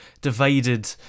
divided